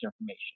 information